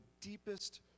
deepest